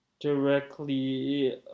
directly